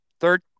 Third